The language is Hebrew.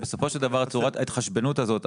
בסופו של דבר צורת ההתחשבנות הזאת,